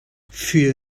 für